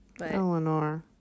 Eleanor